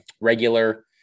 regular